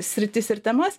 sritis ir temas